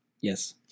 Yes